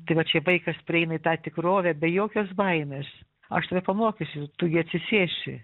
tai va čia vaikas prieina į tą tikrovę be jokios baimės aš tave pamokysiu tu gi atsisėsi